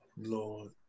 Lord